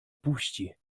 puści